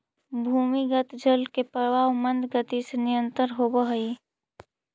भूमिगत जल के प्रवाह मन्द गति से निरन्तर होवऽ हई